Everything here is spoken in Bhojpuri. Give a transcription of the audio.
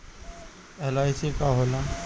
एल.आई.सी का होला?